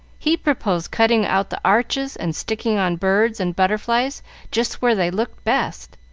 he proposed cutting out the arches and sticking on birds and butterflies just where they looked best.